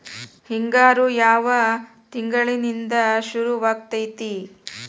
ಹಿಂಗಾರು ಯಾವ ತಿಂಗಳಿನಿಂದ ಶುರುವಾಗತೈತಿ?